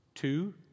Two